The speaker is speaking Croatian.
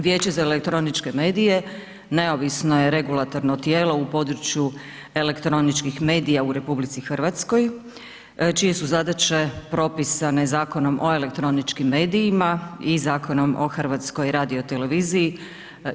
Vijeće za elektroničke medije neovisno je regulatorno tijelo u području elektroničkih medija u RH čije su zadaće propisane Zakonom o elektroničkim medijima i Zakonom o HRT-u.